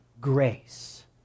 grace